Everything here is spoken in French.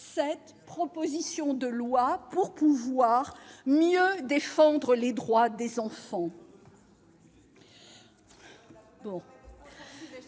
cette proposition de loi pour pouvoir mieux défendre les droits des enfants.